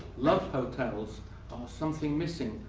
love hotels are something missing,